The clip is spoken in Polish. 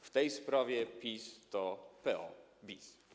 W tej sprawie PiS to PO bis.